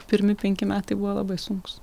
pirmi penki metai buvo labai sunkūs